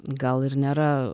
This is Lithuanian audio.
gal ir nėra